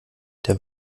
der